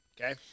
Okay